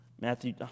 Matthew